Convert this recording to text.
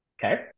Okay